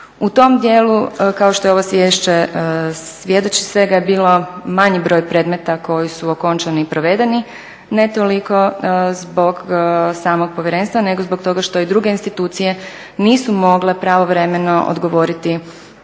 U tom dijelu, kao što ovo izvješće svjedoči, svega je bilo manji broj predmeta koji su okončani i provedeni, ne toliko zbog samog povjerenstva nego zbog toga što i druge institucije nisu mogle pravovremeno odgovoriti